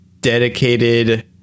dedicated